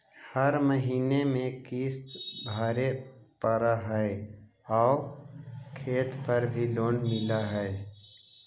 हर महीने में किस्त भरेपरहै आउ खेत पर भी लोन मिल है?